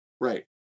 right